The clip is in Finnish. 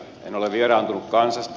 en ole vieraantunut kansasta